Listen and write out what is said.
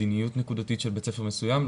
מדיניות נקודתית של בית ספר מסוים,